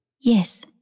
Yes